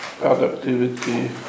productivity